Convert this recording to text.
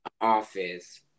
office